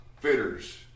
fitters